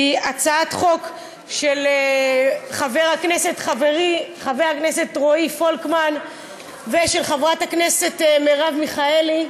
היא הצעת חוק של חבר הכנסת חברי רועי פולקמן ושל חברת הכנסת מרב מיכאלי,